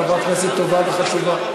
חברת כנסת טובה וחשובה.